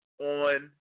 on